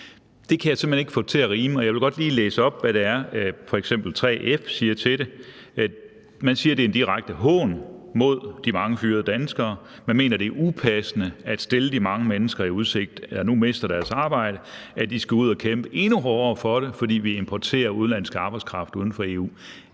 Det kan jeg simpelt hen ikke få til at rime. Jeg vil godt lige læse op, hvad f.eks. 3F siger til dem: Man siger, at det er en direkte hån mod de mange fyrede danskere. Man mener, det er upassende at stille de mange mennesker, der nu mister deres arbejde, i udsigt, at de skal ud og kæmpe endnu hårdere for et job, fordi vi importerer udenlandsk arbejdskraft fra